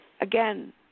Again